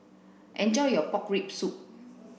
enjoy your pork rib soup